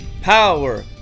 power